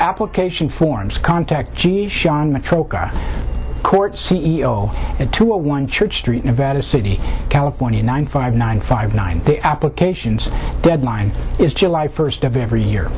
application forms contact court c e o at two one church street nevada city california nine five nine five nine applications deadline is july first of every year